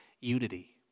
unity